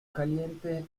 caliente